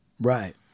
Right